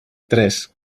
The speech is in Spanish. tres